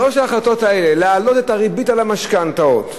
שלוש ההחלטות האלה: להעלות את הריבית על המשכנתאות,